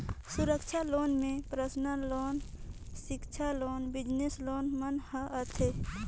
असुरक्छित लोन में personal loan, सिक्छा लोन, बिजनेस लोन मन हर आथे